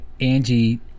Angie